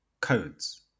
codes